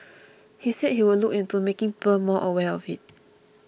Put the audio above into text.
he said he would look into making people more aware of it